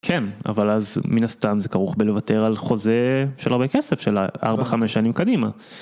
כן, אבל אז מן הסתם זה כרוך בלוותר על חוזה של הרבה כסף של ארבע, חמש שנים קדימה.